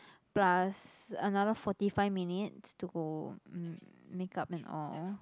plus another forty five minutes to go make up and all